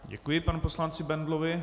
Děkuji panu poslanci Bendlovi.